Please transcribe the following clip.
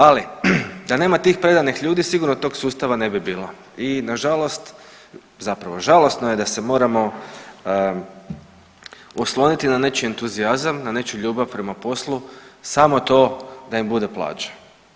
Ali, da nema tih predanih ljudi, sigurno tog sustava ne bi bilo i nažalost, zapravo žalosno je da se moramo osloniti na nečiji entuzijazam, na nečiju ljubav prema poslu, samo to da im bude plaća.